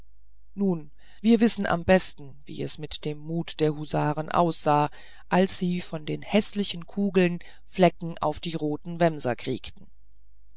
nun wir wissen am besten wie es mit dem mut der husaren aussah als sie von den häßlichen kugeln flecke auf die roten wämser kriegten